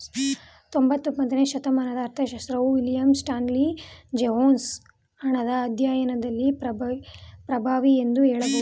ಹತ್ತೊಂಬತ್ತನೇ ಶತಮಾನದ ಅರ್ಥಶಾಸ್ತ್ರಜ್ಞ ವಿಲಿಯಂ ಸ್ಟಾನ್ಲಿ ಜೇವೊನ್ಸ್ ಹಣದ ಅಧ್ಯಾಯದಲ್ಲಿ ಪ್ರಭಾವಿ ಎಂದು ಹೇಳಬಹುದು